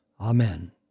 Amen